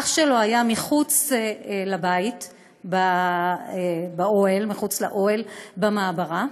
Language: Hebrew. האח שלו היה מחוץ לבית, מחוץ לאוהל במעברה,